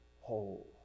whole